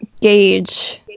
gauge